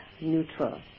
neutral